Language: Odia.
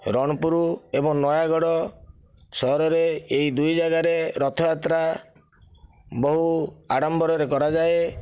ରଣପୁର ଏବଂ ନୟାଗଡ଼ ସହରରେ ଏହି ଦୁଇ ଯାଗାରେ ରଥଯାତ୍ରା ବହୁ ଆଡ଼ମ୍ବରରେ କରାଯାଏ